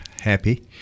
happy